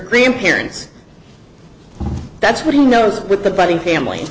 grandparents that's what he knows with the budding family